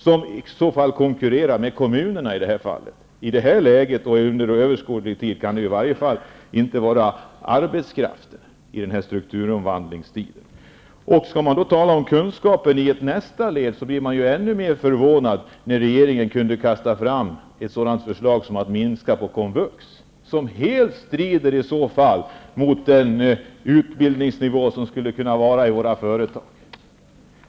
I så fall blir det konkurrens med kommunerna. I det här läget och under den här strukturomvandlingen kan det under överskådlig tid i alla fall inte vara arbetskraften. Talar man om kunskap i ett nästa led, blir man ännu mer förvånad när regeringen lägger fram ett förslag som går ut på en minskning av komvux. Detta motverkar ju skapandet av det utbildningsnivå som skulle kunna finnas i våra företag.